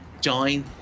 join